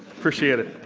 appreciate it.